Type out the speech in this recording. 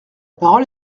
parole